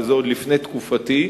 וזה עוד לפני תקופתי,